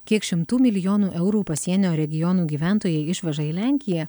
kiek šimtų milijonų eurų pasienio regionų gyventojai išveža į lenkiją